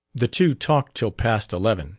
the two talked till past eleven